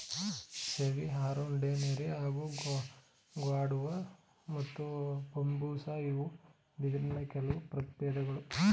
ಸೆಮಿಅರುಂಡಿನೆರಿ ಹಾಗೂ ಗ್ವಾಡುವ ಮತ್ತು ಬಂಬೂಸಾ ಇವು ಬಿದಿರಿನ ಕೆಲ್ವು ಪ್ರಬೇಧ್ಗಳು